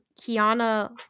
Kiana